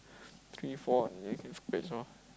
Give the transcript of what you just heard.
three four and lor